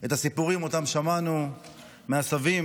את הסיפורים שאותם שמענו מהסבים,